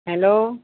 hello